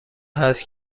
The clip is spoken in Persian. هست